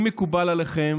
אם מקובל עליכם